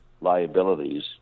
liabilities